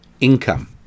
Income